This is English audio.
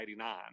1989